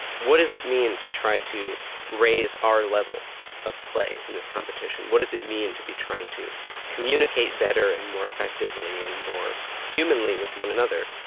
what does it mean to try to raise our level of play in this competition? what does it mean to be trying to communicate better and more effectively and more humanly with one another?